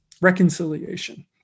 reconciliation